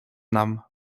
nam